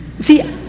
See